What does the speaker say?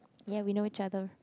ya we know each other